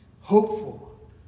hopeful